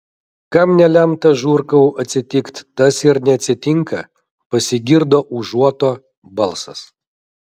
kam nelemta žurkau atsitikt tas ir neatsitinka pasigirdo užuoto balsas